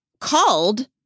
called